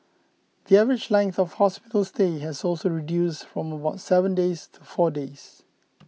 the average length of hospital stay has also reduced from about seven days to four days